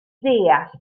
ddeall